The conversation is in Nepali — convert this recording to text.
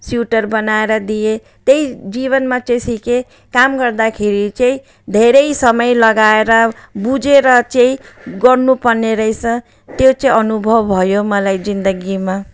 स्वेटर बनाएर दिएँ त्यही जीवनमा चाहिँ सिकेँ काम गर्दाखेरि चाहिँ धेरै समय लगाएर बुझेर चाहिँ गर्नुपर्ने रहेछ त्यो चाहिँ अनुभव भयो मलाई जिन्दगीमा